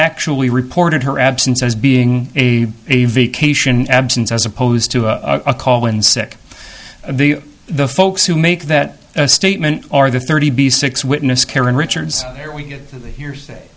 actually reported her absence as being a vacation absence as opposed to a call in sick of the the folks who make that statement or the thirty be six witness karen richards or we get to the hearsay